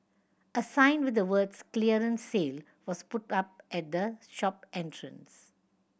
a sign with the words clearance sale was put up at the shop entrance